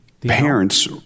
parents